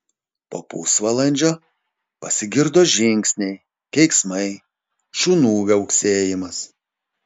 po pusvalandžio pasigirdo žingsniai keiksmai šunų viauksėjimas